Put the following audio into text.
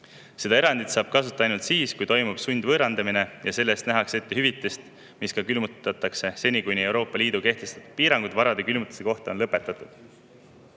Seda erandit saab kasutada ainult siis, kui toimub sundvõõrandamine, ja selle eest nähakse ette hüvitis, mis külmutatakse seni, kuni Euroopa Liidu kehtestatud piirangud vara külmutamise kohta on lõpetatud.